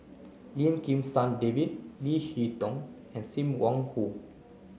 Lim Kim San David Leo Hee Tong and Sim Wong Hoo